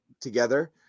together